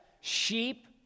sheep